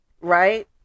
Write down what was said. right